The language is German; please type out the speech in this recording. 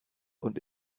und